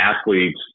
athlete's